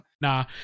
nah